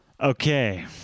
Okay